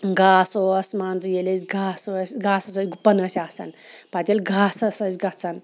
گاسہٕ اوس مان ژٕ ییٚلہِ أسۍ گاسہٕ ٲسۍ گاسَس ٲسۍ گُپَن ٲسۍ آسان پَتہٕ ییٚلہِ گاسَس ٲسۍ گژھان